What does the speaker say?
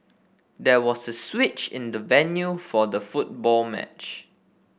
there was a switch in the venue for the football match